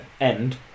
end